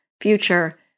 future